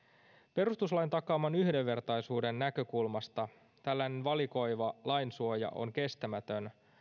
perustuslain takaaman yhdenvertaisuuden näkökulmasta tällainen valikoiva lainsuoja on kestämätön